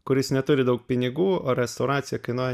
kuris neturi daug pinigų o restauracija kainuoja